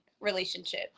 relationship